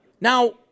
Now